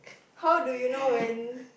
how do you know when